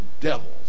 devils